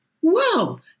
Whoa